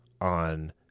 on